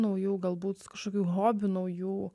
naujų galbūt kažkokių hobių naujų